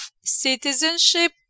citizenship